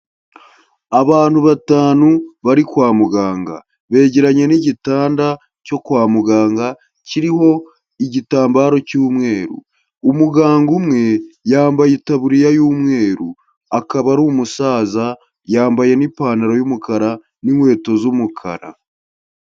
Abantu batanu bari kwa muganga begeranye n'igitanda cyo kwa muganga, kiriho igitambaro cy'umweru. Umuganga umwe yambaye itaburiya y'umweru akaba ari umusaza, yambaye n'ipantaro y'umukara n'inkweto z'umukara.